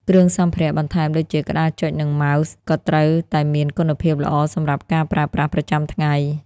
គ្រឿងសម្ភារៈបន្ថែមដូចជាក្តារចុចនិង mouseក៏ត្រូវតែមានគុណភាពល្អសម្រាប់ការប្រើប្រាស់ប្រចាំថ្ងៃ។